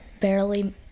barely